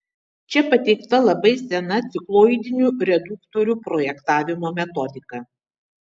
čia pateikta labai sena cikloidinių reduktorių projektavimo metodika